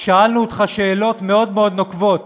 שאלנו אותך שאלות מאוד מאוד נוקבות